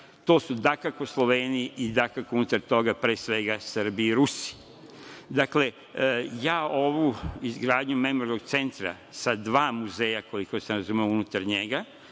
To su, dakako, Sloveni i, dakako, unutar toga, pre svega, Srbi i Rusi. Dakle, ja ovu izgradnju Memorijalnog centra sa dva muzeja, koliko sam razumeo, unutar njega,